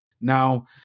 Now